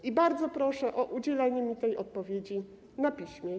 I bardzo proszę o udzielenie mi tej odpowiedzi na piśmie.